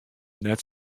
net